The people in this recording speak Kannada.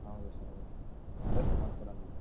ಹೌದು ಸರ್ ಹೌದು ಬನ್ನಿ ಮಾಡ್ಕೊಡೋಣಂತೆ